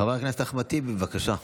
חבר הכנסת אחמד טיבי, בבקשה.